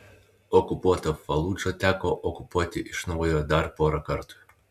okupuotą faludžą teko okupuoti iš naujo dar porą kartų